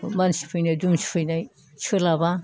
मानसि फैनाय दुमसि फैनाय सोलाबा